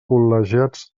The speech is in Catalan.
col·legiats